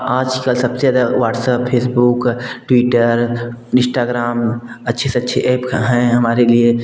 आज कल सब से ज़्यादा व्हाट्सअप फेसबुक ट्विटर इश्टाग्राम अच्छे से अच्छे ऐप हैं हमारे लिए